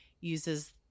uses